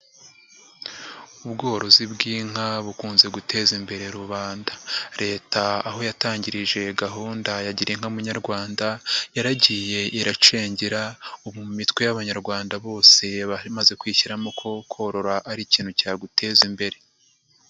Ubworozi bw'inka bukunze guteza imbere rubanda, leta aho yatangirije gahunda ya girinka munyarwanda yaragiye iracengera ubu mu mitwe y'abanyarwanda bose imaze kwishyiramo ko korora ari ikintu cyaguteza imbere.